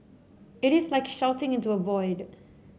it is like shouting into a void